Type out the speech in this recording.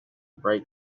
bright